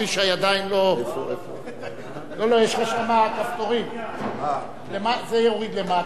לא שומעים אותך.